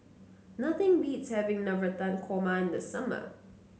nothing beats having Navratan Korma in the summer